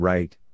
Right